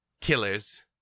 killers